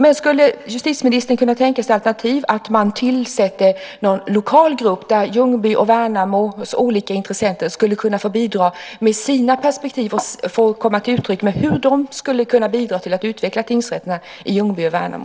Skulle justitieministern kunna tänka sig ett alternativ som innebär att man tillsätter en lokal grupp där Ljungbys och Värnamos olika intressenter kan få bidra med sina perspektiv och därmed ge uttryck för hur de skulle kunna bidra till att utveckla tingsrätterna i Ljungby och Värnamo?